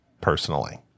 personally